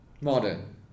modern